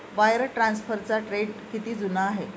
Wire ट्रान्सफरचा trend किती जुना आहे?